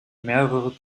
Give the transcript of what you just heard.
mehrere